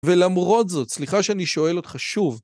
ולמרות זאת, סליחה שאני שואל אותך שוב.